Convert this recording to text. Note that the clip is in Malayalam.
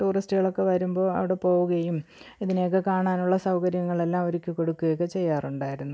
ടൂറിസ്റ്റുകളൊക്കെ വരുമ്പോൾ അവിടെ പോകുകയും ഇതിനെയൊക്കെ കാണാനുള്ള സൗകര്യങ്ങളെല്ലാം ഒരുക്കി കൊടുക്കുകയും ഒക്കെ ചെയ്യാറുണ്ടായിരുന്നു